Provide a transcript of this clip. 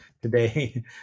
today